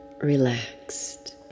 relaxed